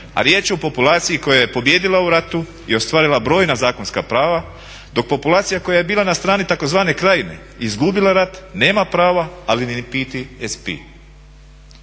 a riječ je o populaciji koja je pobijedila u ratu i ostvarila brojna zakonska prava dok populacija koja je bila na strani tzv. Krajine izgubila rat, nema prava, ali niti PTSP."